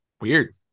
Weird